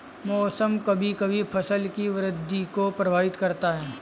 मौसम कभी कभी फसल की वृद्धि को प्रभावित करता है